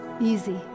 Easy